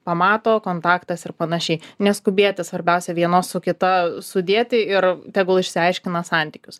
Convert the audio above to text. pamato kontaktas ir panašiai neskubėti svarbiausia vienos su kita sudėti ir tegul išsiaiškina santykius